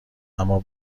اما